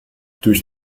durch